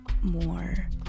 more